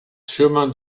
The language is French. chemin